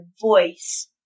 voice